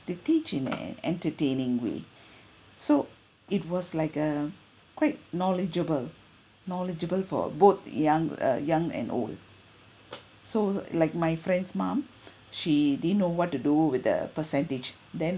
they teach in an entertaining way so it was like a quite knowledgeable knowledgeable for both young uh young and old so like my friend's mom she didn't know what to do with the percentage then